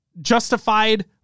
justified